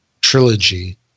Trilogy